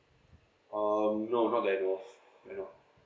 um no not that I know of ya no